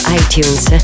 iTunes